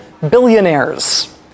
billionaires